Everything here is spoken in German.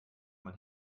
man